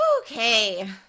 Okay